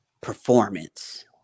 performance